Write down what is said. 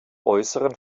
äußeren